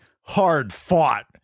hard-fought